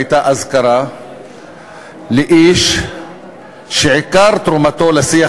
הייתה אזכרה לאיש שעיקר תרומתו לשיח